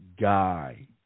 guy